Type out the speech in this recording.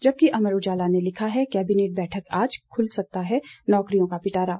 जबकि अमर उजाला ने लिखा है कैबिनेट बैठक आज खुल सकता है नौकरियों का पिटारा